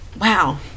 wow